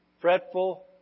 fretful